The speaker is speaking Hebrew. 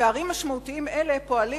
פערים משמעותיים אלה פועלים,